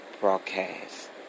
broadcast